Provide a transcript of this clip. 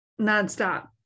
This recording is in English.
nonstop